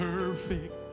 Perfect